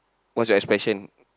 what's your expression